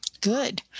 Good